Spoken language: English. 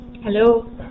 Hello